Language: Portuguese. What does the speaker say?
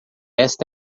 esta